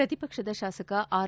ಪ್ರತಿಪಕ್ಷದ ಶಾಸಕ ಆರ್